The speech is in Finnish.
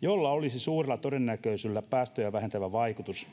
jolla olisi suurella todennäköisyydellä päästöjä vähentävä vaikutus